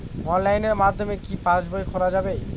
অনলাইনের মাধ্যমে কি পাসবই খোলা যাবে?